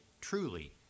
truly